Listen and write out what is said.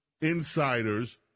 insiders